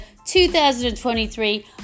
2023